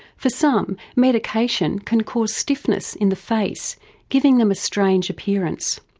for some, medication can cause stiffness in the face giving them a strange appearance.